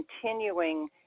continuing